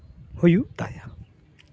ᱦᱩᱭᱩᱜ ᱛᱟᱭᱟ